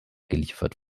geliefert